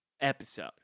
episode